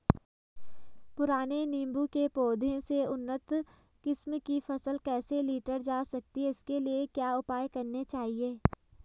पुराने नीबूं के पौधें से उन्नत किस्म की फसल कैसे लीटर जा सकती है इसके लिए क्या उपाय करने चाहिए?